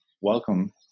Welcome